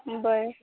बरें